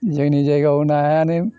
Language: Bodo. जोंनि जायगायाव नायानो